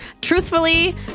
truthfully